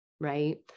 Right